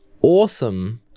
awesome